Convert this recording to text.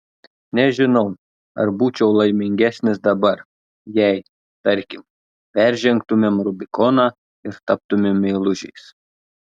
nežinau ar būčiau laimingesnis dabar jei tarkim peržengtumėm rubikoną ir taptumėm meilužiais